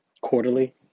quarterly